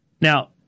Now